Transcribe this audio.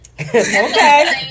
Okay